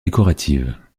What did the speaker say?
décoratives